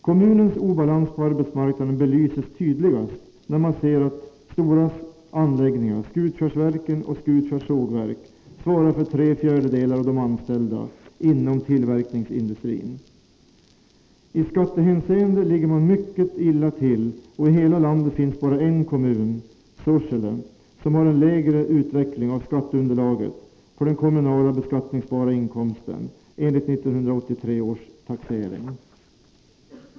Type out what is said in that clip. Kommunens obalans på arbetsmarknaden belyses tydligast av att Stora Kopparbergs anläggningar — Skutskärsverken och Skutskärs sågverk — svarar för tre fjärdedelar av de anställda inom tillverkningsindustrin. I skattehänseende ligger man mycket illa till, och i hela landet finns bara en kommun, Sorsele, som har en lägre utveckling av skatteunderlaget på den kommunala beskattningsbara inkomsten enligt 1983 års taxering.